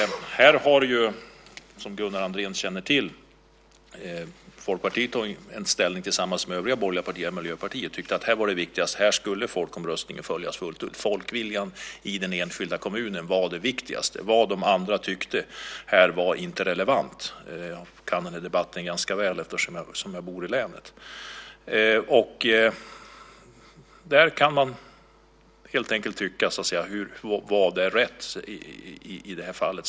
Här tog, som Gunnar Andrén känner till, Folkpartiet ställning tillsammans med övriga borgerliga partier och även med Miljöpartiet för att folkomröstningsresultatet skulle följas fullt ut. Folkviljan i den enskilda kommunen var viktigast. Vad de andra tyckte var inte relevant. Jag känner till den debatten ganska väl eftersom jag bor i länet. Man kan fråga sig vad som var rätt i det fallet.